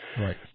Right